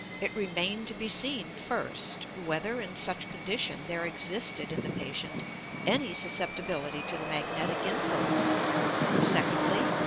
it remained to be seen, first, whether, in such condition, there existed in the patient any susceptibility to the magnetic influence secondly,